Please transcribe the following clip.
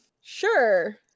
sure